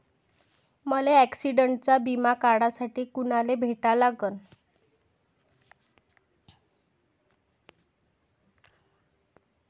मले ॲक्सिडंटचा बिमा काढासाठी कुनाले भेटा लागन?